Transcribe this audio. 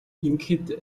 ингэхэд